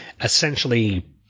essentially